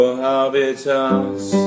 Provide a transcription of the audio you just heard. habitats